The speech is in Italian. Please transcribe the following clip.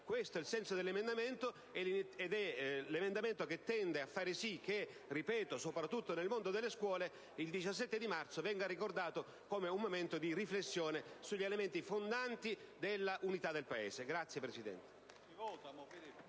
Questo è il senso dell'emendamento che tende a far sì che, soprattutto nel mondo della scuola, il 17 marzo venga ricordato come un momento di riflessione sugli elementi fondanti della unità del Paese. *(Applausi